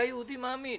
אתה יהודי מאמין.